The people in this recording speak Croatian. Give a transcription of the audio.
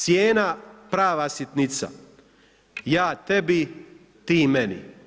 Cijena prava sitnica, ja tebi, ti meni.